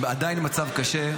עדיין מצב קשה,